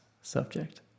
subject